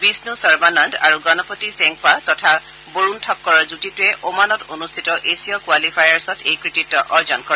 বিষ্ণু সৰ্বানন্দ আৰু গণপতি চেংপ্পা তথা বৰুণ থক্কৰৰ যুটীটোৱে অমানত অনুষ্ঠিত এছিয় কোৱালিফায়াৰ্চত এই কৃতিত্ব অৰ্জন কৰে